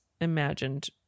imagined